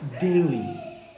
daily